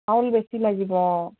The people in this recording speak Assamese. চাউল বেছি লাগিব